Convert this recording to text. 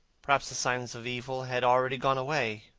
perhaps the signs of evil had already gone away.